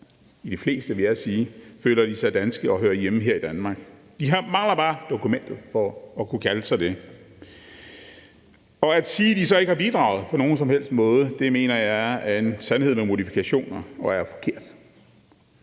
– de fleste, vil jeg sige – føler de sig danske og hører hjemme her i Danmark. De mangler bare dokumentet for at kunne kalde sig det. At sige, at de så ikke har bidraget på nogen som helst måde, mener jeg er en sandhed med modifikationer og forkert.